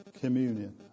communion